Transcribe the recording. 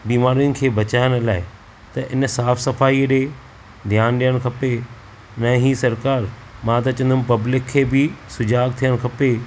बिमारियूं खे ॿचाइण लाइ त इन साफ़ सफ़ाई ॾे ध्यानु ॾियणु खपे न ही सरकार मां त चवंदुमि पब्लिक खे बि सुजाॻु थियणु खपे